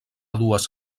dues